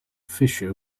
fissure